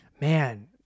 man